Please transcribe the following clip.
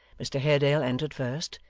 mr haredale entered first,